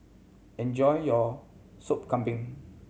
enjoy your Sop Kambing